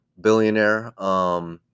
billionaire